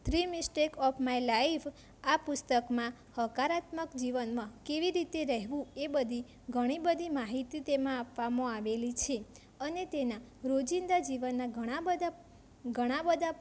three mistake of my life આ પુસ્તકમાં હકારાત્મક જીવનમાં કેવી રીતે રહેવું એ બધી ઘણી બધી માહિતી તેમાં આપવામાં આવેલી છે અને તેનાં રોજિંદા જીવનના ઘણા બધા